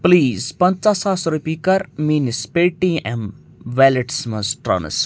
please پَنٛژاہ ساس رۄپیہِ کر میٲنِس پے ٹی ایٚم ویلٹس مَنٛز ٹرانس